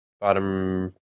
bottom